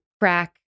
crack